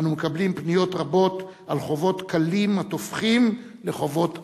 אנו מקבלים פניות רבות על חובות קלים התופחים לחובות ענק,